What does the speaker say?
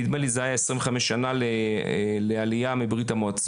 נדמה לי שזה היה לרגל עשרים וחמש שנה לעלייה מברית המועצות.